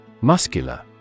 Muscular